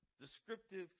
descriptive